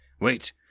Wait